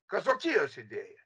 kazokijos idėja